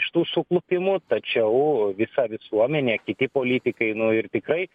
iš tų suklupimų tačiau visa visuomenė kiti politikai nu ir tikrai